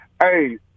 Hey